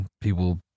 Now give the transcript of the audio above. people